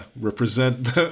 represent